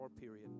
period